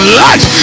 life